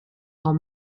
are